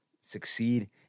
succeed